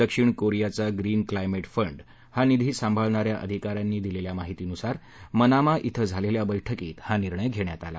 दक्षिण कोरियाचा green climate fund हा निधी सांभाळणा या आधिका यांनी दिलेल्या माहितीनुसार मनामा श्वें झालेल्या बैठकीत हा निर्णय घेण्यात आला